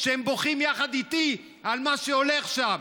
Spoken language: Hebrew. שהם בוכים יחד איתי על מה שהולך שם.